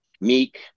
Meek